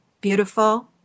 beautiful